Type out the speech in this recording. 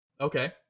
Okay